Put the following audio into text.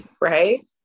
right